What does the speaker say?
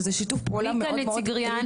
שזה שיתוף פעולה מאוד קריטי.